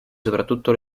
soprattutto